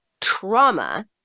trauma